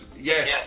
yes